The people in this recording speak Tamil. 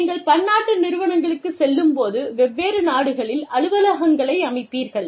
நீங்கள் பன்னாட்டு நிறுவனங்களுக்கு செல்லும்போது வெவ்வேறு நாடுகளில் அலுவலகங்களை அமைப்பீர்கள்